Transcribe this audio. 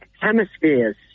Hemispheres